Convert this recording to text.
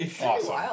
awesome